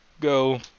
go